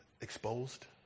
exposed